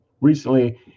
recently